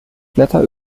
blätter